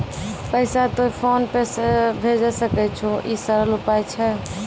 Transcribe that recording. पैसा तोय PhonePe से भैजै सकै छौ? ई सरल उपाय छै?